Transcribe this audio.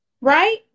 Right